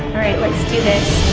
alright let's do this.